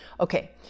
Okay